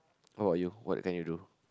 what about you what can you do